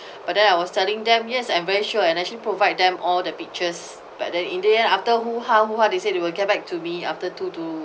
but then I was telling them yes I'm very sure and actually provide them all the pictures but then in the end after hoo-ha hoo-ha they say they will get back to me after two to